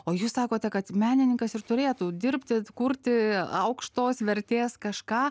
o jūs sakote kad menininkas ir turėtų dirbti kurti aukštos vertės kažką